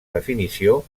definició